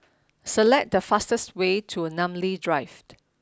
select the fastest way to Namly Drive